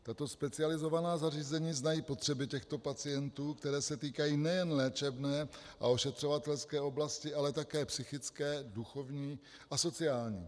Tato specializovaná zařízení znají potřeby těchto pacientů, které se týkají nejen léčebné a ošetřovatelské oblasti, ale také psychické, duchovní a sociální.